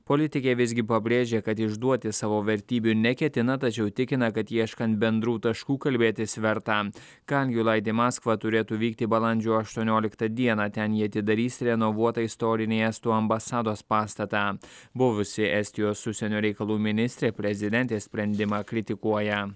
politikė visgi pabrėžė kad išduoti savo vertybių neketina tačiau tikina kad ieškant bendrų taškų kalbėtis verta kaljulaid į maskvą turėtų vykti balandžio aštuonioliktą dieną ten ji atidarys renovuotą istorinį estų ambasados pastatą buvusi estijos užsienio reikalų ministrė prezidentės sprendimą kritikuoja